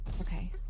Okay